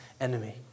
enemy